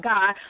God